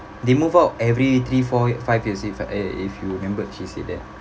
they move out every three four five years if eh if you remembered she said that